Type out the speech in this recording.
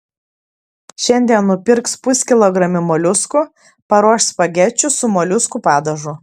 šiandien nusipirks puskilogramį moliuskų paruoš spagečių su moliuskų padažu